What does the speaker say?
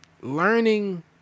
learning